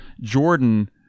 Jordan